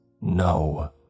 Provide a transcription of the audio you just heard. No